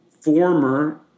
former